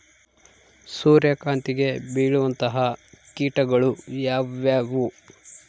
ಸೂರ್ಯಕಾಂತಿಗೆ ಬೇಳುವಂತಹ ಕೇಟಗಳು ಯಾವ್ಯಾವು?